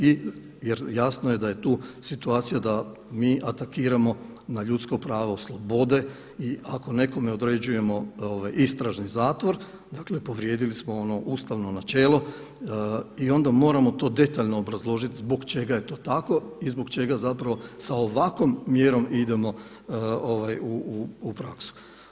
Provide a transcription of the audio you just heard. I, jer jasno je da je tu situacija da mi atakiramo na ljudsko pravo slobode i ako nekome određujemo istražni zatvor, dakle povrijedili smo ono ustavno načelo i onda moramo to detaljno obrazložiti zbog čega je to tako i zbog čega zapravo sa ovakvom mjerom idemo u praksu.